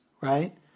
right